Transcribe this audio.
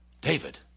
David